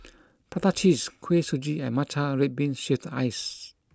Prata Cheese Kuih Suji and Matcha Red Bean Shaved Ice